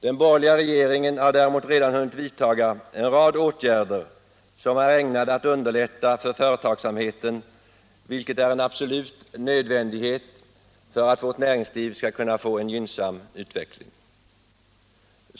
Den borgerliga regeringen har däremot redan hunnit vidtaga en rad åtgärder som är ägnade att underlätta företagsamheten, vilket är en absolut nödvändighet för att vårt näringsliv skall få en gynnsam utveckling.